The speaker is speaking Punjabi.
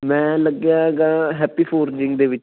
ਮੈਂ ਲੱਗਿਆ ਗਾ ਹੈਪੀ ਫੋਰਜਿੰਗ ਦੇ ਵਿੱਚ